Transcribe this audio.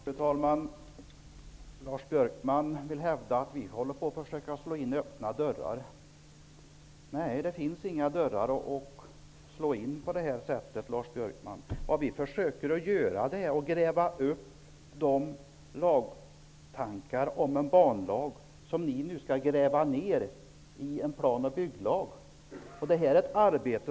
Fru talman! Lars Björkman vill hävda att vi försöker slå in öppna dörrar. Det finns inga dörrar att slå in på det sättet, Lars Björkman. Vi försöker att gräva upp de tankar om en banlag som ni nu vill gräva ner i en plan och bygglag.